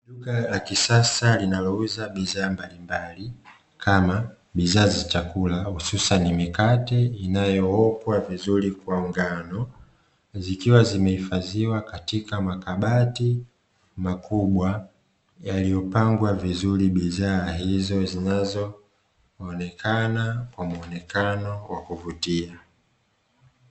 Duka la kisasa linalouza bidhaa mbalimbali kama bidhaa za chakula hususani mikate inayowokwa vizuri kwa ngano, zikiwa zimehifadhiwa katika makabati makubwa yaliyopangwa vizuri bidhaa hizo zinazoonekana kwa muonekano wa kuvutia.